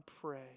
pray